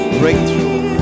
breakthrough